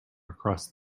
across